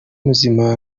muzima